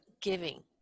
giving